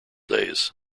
days